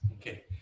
Okay